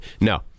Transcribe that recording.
no